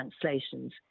translations